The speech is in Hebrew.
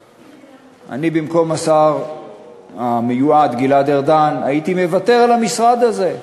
אני במקום השר המיועד גלעד ארדן הייתי מוותר על המשרד הזה.